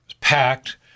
packed